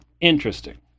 Interesting